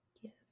Yes